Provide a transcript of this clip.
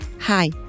Hi